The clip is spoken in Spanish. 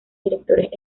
directores